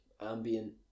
ambient